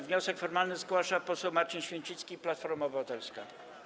Wniosek formalny zgłasza poseł Marcin Święcicki, Platforma Obywatelska.